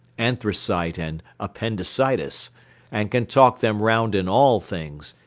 anthracite and appendicitis and can talk them round in all things,